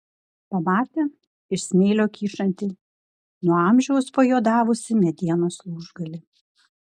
pamatė iš smėlio kyšantį nuo amžiaus pajuodavusį medienos lūžgalį